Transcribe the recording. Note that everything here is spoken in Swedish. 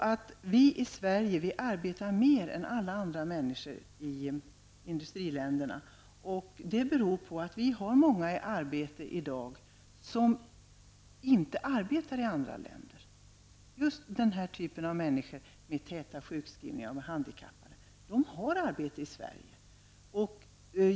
Vi i Sverige arbetar mer än alla andra människor i industriländerna, och det beror på att vi i dag har många kategorier i arbete som i andra länder inte är det. Även människor med täta sjukskrivningar och handikappade har arbete i Sverige.